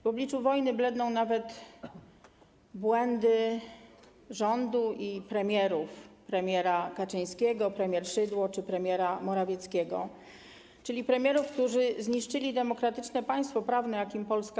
W obliczu wojny bledną nawet błędy rządu i premierów, premiera Kaczyńskiego, premier Szydło czy premiera Morawieckiego, czyli premierów, którzy zniszczyli demokratyczne państwo prawne, jakim była Polska.